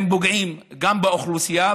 הם פוגעים גם באוכלוסייה,